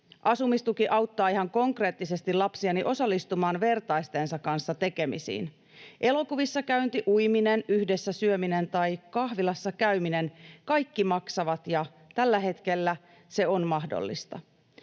Asumistuki auttaa ihan konkreettisesti lapsiani osallistumaan vertaistensa kanssa tekemisiin. Elokuvissa käynti, uiminen, yhdessä syöminen tai kahvilassa käyminen, ne kaikki maksavat, ja tällä hetkellä se on mahdollista.